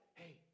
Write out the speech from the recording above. hey